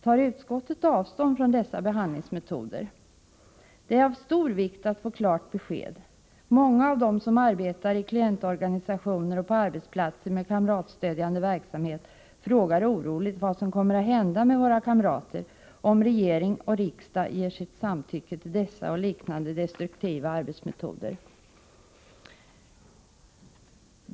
Tar utskottet avstånd från dessa behandlingsmetoder? Det är av stor vikt att få klart besked. Många av dem som arbetar i klientorganisationer och på arbetsplatser med kamratstödjande verksamhet frågar oroligt vad som kommer att hända med deras kamrater om regering och riksdag ger sitt samtycke till dessa och liknande destruktiva arbetsmetoder.